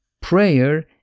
prayer